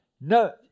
No